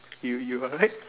you you alright